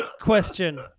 question